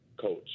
coach